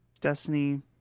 Destiny